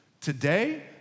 Today